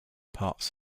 parts